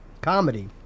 comedy